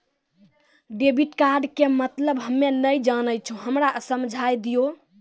Debit card के मतलब हम्मे नैय जानै छौ हमरा समझाय दियौ?